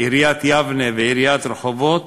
עיריית יבנה ועיריית רחובות,